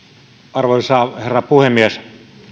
arvoisa herra puhemies